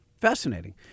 Fascinating